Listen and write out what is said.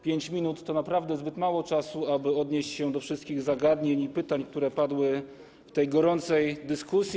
5 minut to naprawdę zbyt mało czasu, aby odnieść się do wszystkich zagadnień i pytań, które padły w tej gorącej dyskusji.